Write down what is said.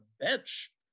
bench